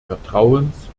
vertrauens